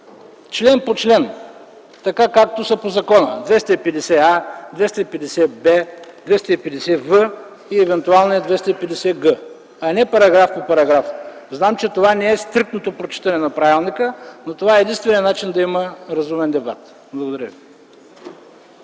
член по член, така както са по законопроекта – чл. 250а, чл. 250б, чл. 250в и евентуално чл. 250г, а не параграф по параграф. Знам, че това не е стриктното прочитане на правилника, но това е единственият начин да има разумен дебат. Благодаря ви.